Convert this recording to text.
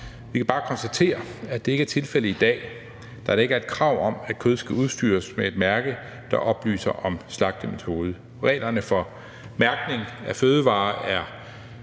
Vi kan bare konstatere, at det ikke er tilfældet i dag, da der ikke er noget krav om, at kød skal udstyres med et mærke, der oplyser om slagtemetode. Reglerne for mærkning af fødevarer er